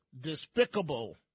despicable